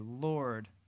Lord